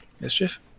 Mischief